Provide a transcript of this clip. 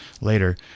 later